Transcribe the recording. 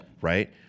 Right